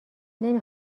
نمی